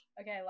okay